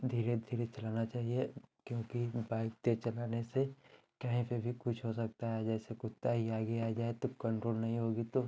धीरे धीरे चलाना चाहिए क्योंकि बाइक तेज़ चलाने से कहीं पर भी कुछ हो सकता है जैसे कुत्ता ही आगे आ जाए तो कन्ट्रोल नहीं होगी तो